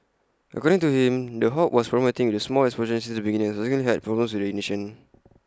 according to him the hob was problematic with small explosions since the beginning and subsequently had problems with the ignition